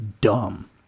dumb